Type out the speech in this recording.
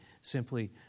simply